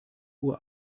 uhr